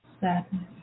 sadness